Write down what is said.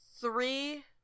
three